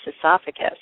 esophagus